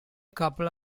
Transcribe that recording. couple